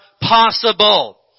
possible